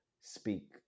speak